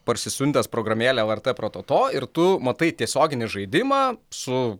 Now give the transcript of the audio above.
parsisiuntęs programėlę lrt prototo ir tu matai tiesioginį žaidimą su